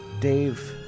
Dave